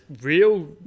real